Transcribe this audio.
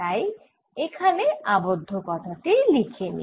তাই এখানে আবদ্ধ কথা টি লিখে নিই